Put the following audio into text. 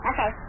Okay